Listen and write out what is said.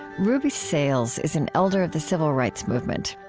ruby sales is an elder of the civil rights movement.